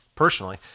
Personally